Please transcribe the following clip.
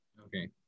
Okay